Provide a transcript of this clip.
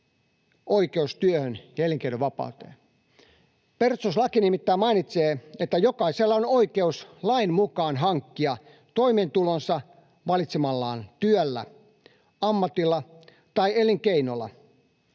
oikeus työhön ja elinkeinovapauteen. Perustuslaki nimittäin mainitsee, että jokaisella on oikeus lain mukaan hankkia toimeentulonsa valitsemallaan työllä, ammatilla tai elinkeinolla.